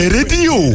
Radio